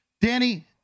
Danny